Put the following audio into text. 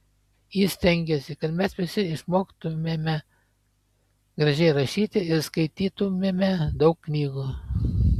ji stengėsi kad mes visi išmoktumėme gražiai rašyti ir skaitytumėme daug knygų